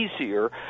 easier